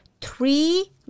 three